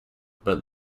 but